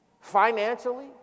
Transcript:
Financially